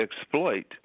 exploit